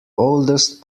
oldest